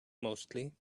mostly